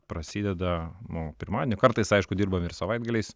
prasideda nu pirmadienį kartais aišku dirbame ir savaitgaliais